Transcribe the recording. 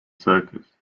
circus